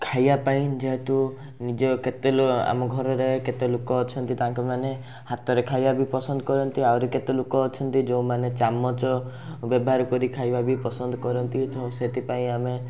ଖାଇବାପାଇଁ ଯେହେତୁ ନିଜ କେତେ ଲୋ ଆମ ଘରରେ କେତେ ଲୋକ ଅଛନ୍ତି ତାଙ୍କେମାନେ ହାତରେ ଖାଇବା ବି ପସନ୍ଦ କରନ୍ତି ଆହୁରି କେତେ ଲୋକ ଅଛନ୍ତି ଯେଉଁମାନେ ଚାମଚ ବ୍ୟବହାର କରି ଖାଇବା ବି ପସନ୍ଦ କରନ୍ତି ସେଥିପାଇଁ ଆମେ